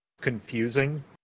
confusing